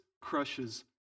crushes